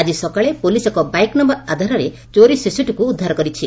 ଆକି ସକାଳେ ପୋଲିସ ଏକ ବାଇକ ନୟର ଆଧାରରେ ଚୋରି ଶିଶୁଟିକୁ ଉଦ୍ଧାର କରିଛି